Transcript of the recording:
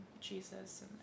Jesus